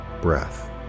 breath